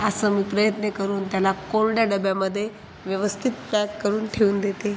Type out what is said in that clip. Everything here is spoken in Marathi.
असं मी प्रयत्न करून त्याला कोरड्या डब्यामध्ये व्यवस्थित पॅक करून ठेवून देते